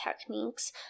techniques